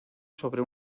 sobre